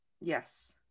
Yes